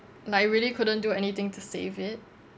like I really couldn't do anything to save it